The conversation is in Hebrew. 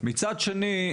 מצד שני,